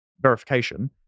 verification